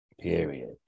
Period